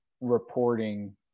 reporting